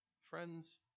friends